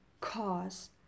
cause